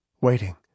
waiting